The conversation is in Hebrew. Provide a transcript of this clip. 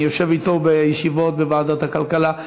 אני יושב אתו בישיבות בוועדת הכלכלה,